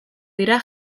dira